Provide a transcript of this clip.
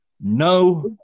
No